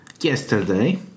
yesterday